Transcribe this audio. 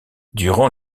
durant